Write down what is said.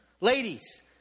Ladies